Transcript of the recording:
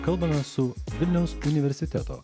kalbamės su vilniaus universiteto